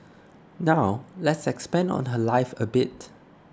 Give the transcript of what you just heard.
now let's expand on her life a bit